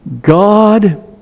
God